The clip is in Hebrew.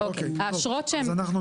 האשרות שהם כן